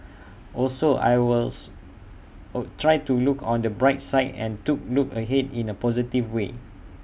also I wills oh try to look on the bright side and to look ahead in A positive way